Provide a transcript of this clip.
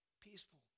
peaceful